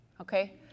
Okay